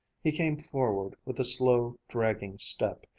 he came forward with a slow, dragging step,